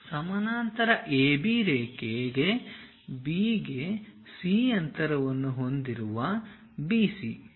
ಸಮಾನಾಂತರ ಎಬಿ ರೇಖೆಗೆ B ಗೆ C ಅಂತರವನ್ನು ಹೊಂದಿರುವ BC